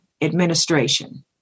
administration